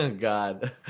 god